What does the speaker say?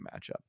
matchup